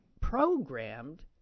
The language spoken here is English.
programmed